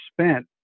spent